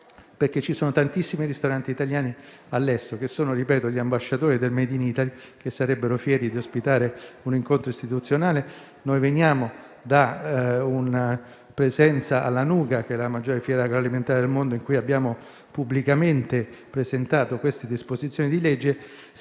perché tantissimi ristoranti italiani all'estero, che sono gli ambasciatori del *made in Italy*, sarebbero fieri di ospitare un incontro istituzionale. Noi veniamo da un presenza all'Anuga, che è la maggiore fiera agroalimentare del mondo, in cui abbiamo pubblicamente presentato queste disposizioni di legge;